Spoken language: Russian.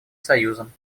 союзом